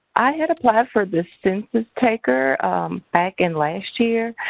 i had applied for the census taker back in last year.